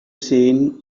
seen